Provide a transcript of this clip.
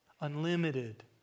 Unlimited